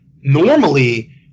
normally